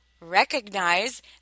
recognize